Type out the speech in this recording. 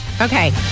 Okay